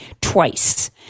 twice